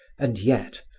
and yet,